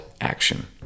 action